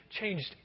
changed